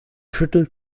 schüttelt